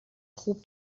خوب